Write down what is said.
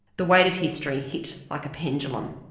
the weight of history hit like a pendulum,